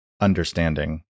understanding